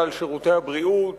סל שירותי הבריאות.